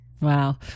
Wow